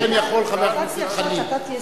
לכן יכול חבר הכנסת חנין.